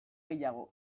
gehiago